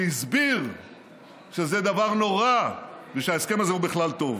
שהסביר שזה דבר נורא ושההסכם הזה הוא בכלל טוב.